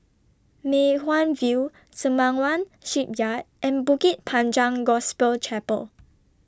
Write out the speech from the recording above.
Mei Hwan View Sembawang Shipyard and Bukit Panjang Gospel Chapel